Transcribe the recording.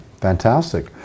fantastic